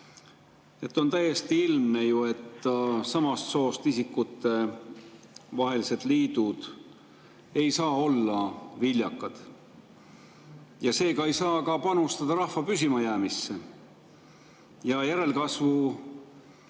On ju täiesti ilmne, et samast soost isikute vahelised liidud ei saa olla viljakad ja seega ei saa ka panustada rahva püsimajäämisse ja järelkasvu loomisse.